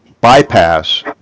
bypass